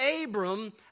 Abram